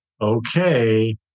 okay